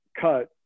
cut